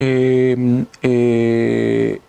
אההההההההה